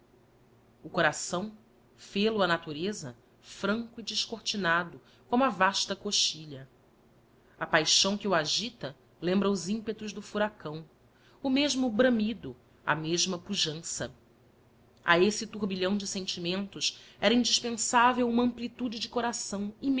o coração fel-o a natureza franco e descortinado como a vasta cochilha a paixão que o agita lembra os ímpetos do furacão o mesmo bramido a mesma pujança a esfese turbilhão de sentimentos era indispensável uma amplitude de coração